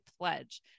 pledge